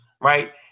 right